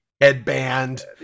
headband